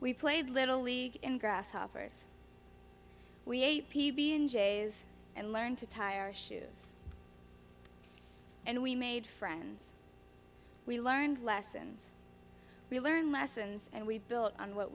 we played little league in grasshoppers we ate p b in jays and learned to tire shoes and we made friends we learned lessons we learned lessons and we built on what